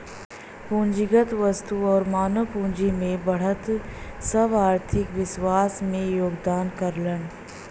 पूंजीगत वस्तु आउर मानव पूंजी में बढ़त सब आर्थिक विकास में योगदान करलन